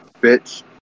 bitch